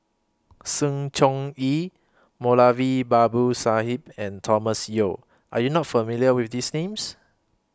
Sng Choon Yee Moulavi Babu Sahib and Thomas Yeo Are YOU not familiar with These Names